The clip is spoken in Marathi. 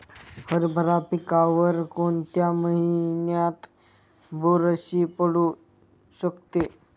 हरभरा पिकावर कोणत्या महिन्यात बुरशी पडू शकते?